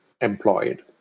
employed